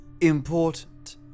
important